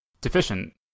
deficient